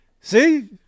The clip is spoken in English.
See